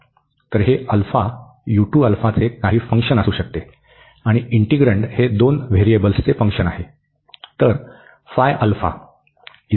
तर हे अल्फा चे काही फंक्शन असू शकते आणि इंटिग्रन्ड हे दोन व्हेरिएबल्सचे फंक्शन आहे तर